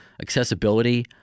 accessibility